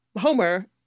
Homer